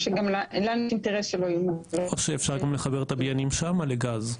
או שאפשר לחבר גם את הבניינים שם לגז.